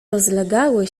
rozlegały